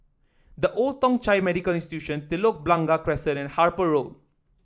The Old Thong Chai Medical Institution Telok Blangah Crescent and Harper Road